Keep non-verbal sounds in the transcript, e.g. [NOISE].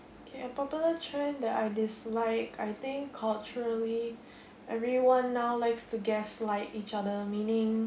okay a proper trend that I dislike I think culturally [BREATH] everyone now likes to gaslight each other meaning